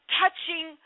touching